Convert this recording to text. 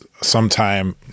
sometime